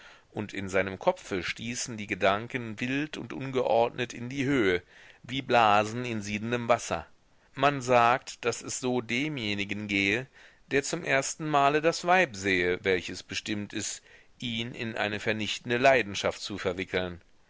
und in seinem kopfe stießen die gedanken wild und ungeordnet in die höhe wie blasen in siedendem wasser man sagt daß es so demjenigen gehe der zum ersten male das weib sehe welches bestimmt ist ihn in eine vernichtende leidenschaft zu verwickeln